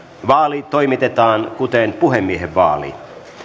vaali toimitetaan kuten puhemiehen vaali